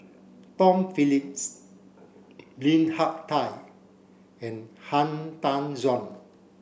Tom Phillips Lim Hak Tai and Han Tan Juan